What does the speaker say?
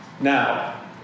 now